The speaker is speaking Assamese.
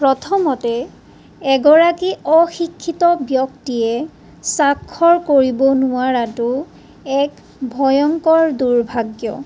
প্ৰথমতে এগৰাকী অশিক্ষিত ব্যক্তিয়ে স্ৱাক্ষৰ কৰিব নোৱাৰাটো এক ভয়ঙ্কৰ দূৰ্ভাগ্য